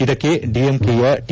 ಇದಕ್ಕೆ ಡಿಎಂಕೆಯ ಟಿ